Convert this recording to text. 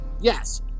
yes